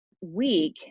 week